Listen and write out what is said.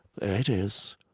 it is.